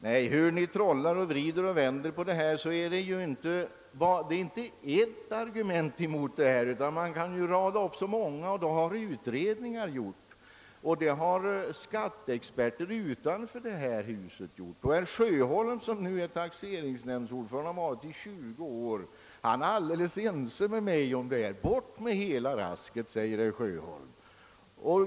Nej, hur ni än trollar och vrider och vänder på det här, finns det inte bara ett argument mot detta förslag, utan man kan rada upp många, och det har utredningar gjort, och det har skatteexperter utanför detta hus gjort. Herr Sjöholm som ju är taxeringsnämndsordförande och varit det i tjugo år är alldeles ense med mig om det här: Bort med hela rasket, säger herr Sjöholm.